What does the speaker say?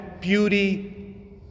beauty